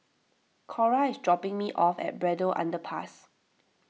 Cora is dropping me off at Braddell Underpass